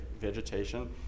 vegetation